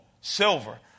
silver